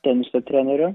ten su treneriu